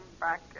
back